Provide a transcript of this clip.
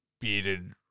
bearded